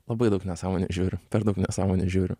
labai daug nesąmonių žiūriu per daug nesąmonių žiūriu